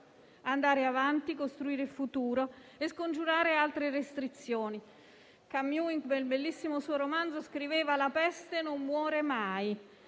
andare avanti, costruire il futuro e scongiurare altre restrizioni. Camus in un suo bellissimo romanzo scriveva: «La peste non muore mai».